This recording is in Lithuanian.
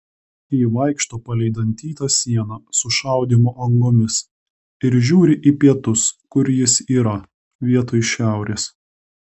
ji vaikšto palei dantytą sieną su šaudymo angomis ir žiūri į pietus kur jis yra vietoj šiaurės